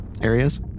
areas